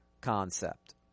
concept